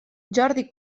jordi